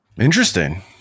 Interesting